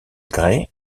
gray